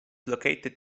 located